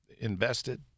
invested